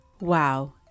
Wow